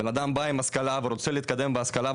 בנאדם בא עם השכלה ורוצה להתקדם בהשכלה,